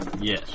Yes